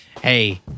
Hey